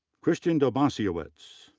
christian dobosiewicz,